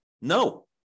No